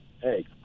hey